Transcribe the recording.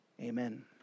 Amen